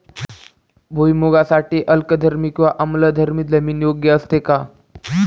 भुईमूगासाठी अल्कधर्मी किंवा आम्लधर्मी जमीन योग्य असते का?